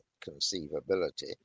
conceivability